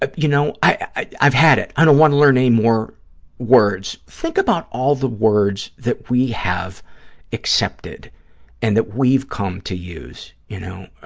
ah you know, i've had it, i don't want to learn any more words, think about all the words that we have accepted and that we've come to use, you know.